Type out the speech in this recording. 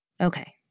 Okay